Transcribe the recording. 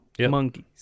monkeys